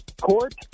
Court